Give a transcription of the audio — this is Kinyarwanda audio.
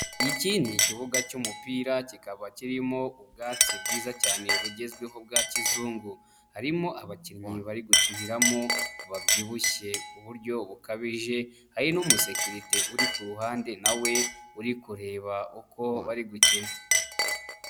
Iki ni ikibuga cy'umupira, kikaba kirimo ubwatsi bwiza cyane bugezweho bwa kizungu, harimo abakinnyi bari gukiniramo babyibushye ku buryo bukabije, hari n'umusekirite uri ku ruhande na we uri kureba uko bari gukina.